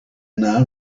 now